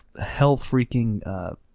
hell-freaking